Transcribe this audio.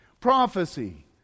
Prophecy